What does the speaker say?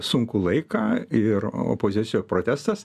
sunkų laiką ir opozicijo protestas